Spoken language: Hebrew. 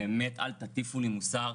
אל תטיפו לי מוסר,